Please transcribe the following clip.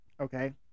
Okay